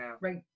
right